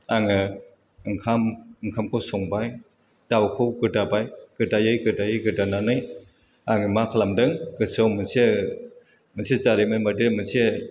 आङो ओंखाम ओंखामखौ संबाय दाउखौ गोदाबाय गोदायै गोदायै गोदानानै आङो मा खालामदों गोसोआव मोनसे जारिमिन बायदि मोनसे